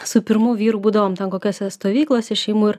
su pirmu vyru būdavom ten kokiose stovyklose šeimų ir